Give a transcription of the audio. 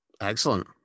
excellent